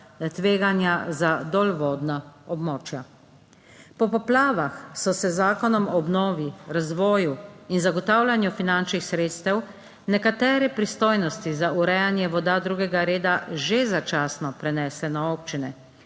tveganja za dolvodna območja. Po poplavah so se z zakonom o obnovi, razvoju in zagotavljanju finančnih sredstev nekatere pristojnosti za urejanje voda drugega reda že začasno prenesle na občine.